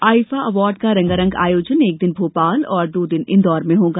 IIFA award का रंगारंग आयोजन एक दिन भोपाल और दो दिन इंदौर में होगा